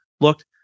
looked